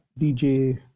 DJ